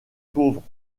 pauvres